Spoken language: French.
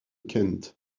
kent